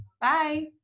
Bye